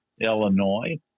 Illinois